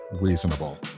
Reasonable